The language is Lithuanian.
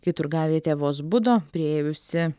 kai turgavietė vos budo priėjusi